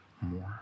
more